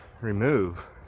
remove